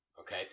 okay